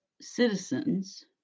citizens